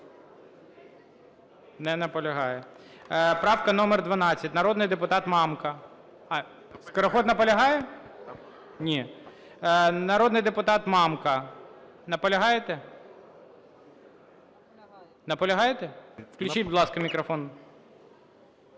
Не наполягає. Правка номер 12, народний депутат Мамка. А Скороход наполягає? Ні. Народний депутат Мамка, наполягаєте? Наполягаєте? Включіть, будь ласка, мікрофон.